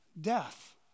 Death